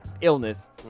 illness